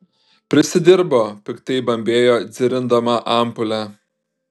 prisidirbo piktai bambėjo dzirindama ampulę